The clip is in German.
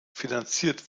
finanziert